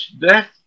death